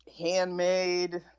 handmade